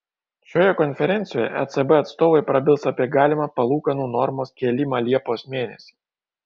šioje konferencijoje ecb atstovai prabils apie galimą palūkanų normos kėlimą liepos mėnesį